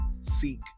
Seek